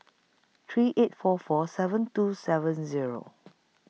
three eight four four seven two seven Zero